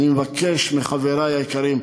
ואני מבקש מחברי היקרים: